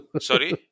Sorry